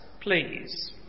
please